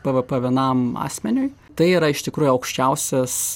bvp vienam asmeniui tai yra iš tikrųjų aukščiausias